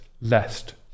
lest